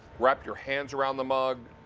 wrap your hands around the mug.